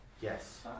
Yes